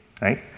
right